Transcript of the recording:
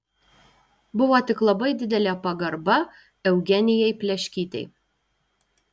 buvo tik labai didelė pagarba eugenijai pleškytei